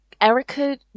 erica